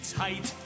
tight